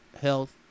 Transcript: health